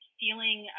feeling